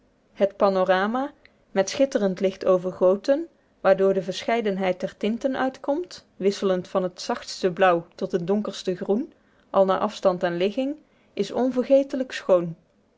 het panorama met schitterend licht overgoten waardoor de verscheidenheid der tinten uitkomt wisselend van het zachtste blauw tot het donkerste groen al naar afstand en ligging is onvergetelijk schoon